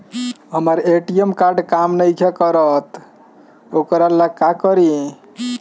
हमर ATM card काम नईखे करत वोकरा ला का करी?